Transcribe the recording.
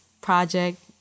project